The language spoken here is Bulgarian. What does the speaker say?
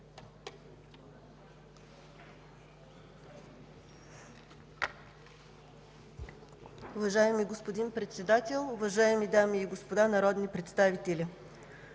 уважаеми господин Председател. Уважаеми дами и господа народни представители!